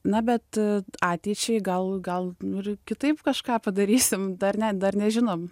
na bet ateičiai gal gal ir kitaip kažką padarysim dar ne dar nežinom